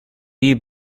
you